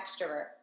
extrovert